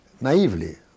naively